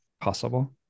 Possible